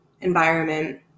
environment